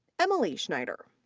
emily schneider.